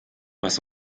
was